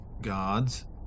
gods